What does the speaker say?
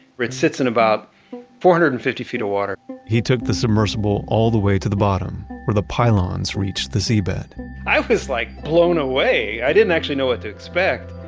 which sits in about four hundred and fifty feet of water he took the submersible all the way to the bottom where the pylons reached the seabed i was like blown away. i didn't actually know what to expect.